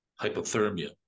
hypothermia